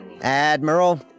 Admiral